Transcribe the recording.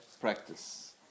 practice